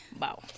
Wow